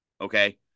okay